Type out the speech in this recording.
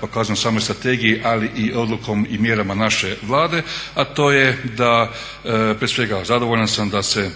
pokazane u samoj strategiji, ali i odlukom i mjerama naše Vlade, a to je da, prije svega zadovoljan sam da se,